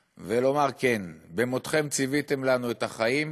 ולומר: כן, במותכם ציוויתם לנו את החיים,